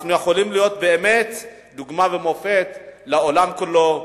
אנחנו יכולים להיות דוגמה ומופת לעולם כולו.